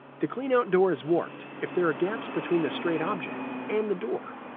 the cleanout door is warped if there are gaps between the straight object and the door.